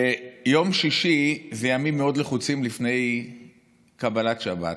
ימי שישי הם ימים מאוד לחוצים לפני קבלת שבת.